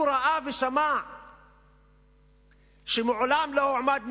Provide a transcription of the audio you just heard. הוא ראה ושמע שמעולם לא הועמד מישהו,